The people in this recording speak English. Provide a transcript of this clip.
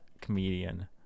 comedian